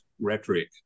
rhetoric